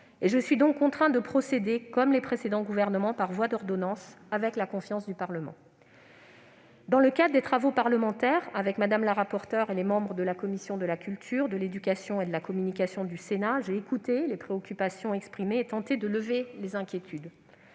Je suis donc contrainte de procéder, comme les précédents gouvernements, par voie d'ordonnance, avec la confiance du Parlement. Dans le cadre des travaux parlementaires menés avec Mme la rapporteure et les membres de la commission de la culture, de l'éducation et de la communication du Sénat, j'ai écouté les préoccupations exprimées et tenté de lever les inquiétudes.